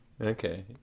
okay